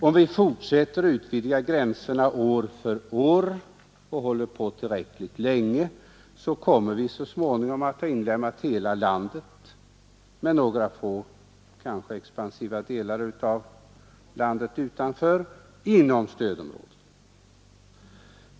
Om vi fortsätter att utvidga gränserna år efter år och håller på tillräckligt länge kommer vi så småningom att ha inlemmat hela landet i stödområdet — kanske med undantag för några få expansiva delar.